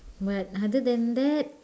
but other than that